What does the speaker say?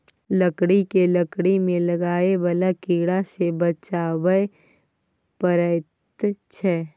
लकड़ी केँ लकड़ी मे लागय बला कीड़ा सँ बचाबय परैत छै